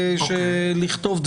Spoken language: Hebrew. אבל,